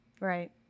Right